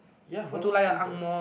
ya !walao! stand for what